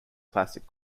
classic